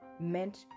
meant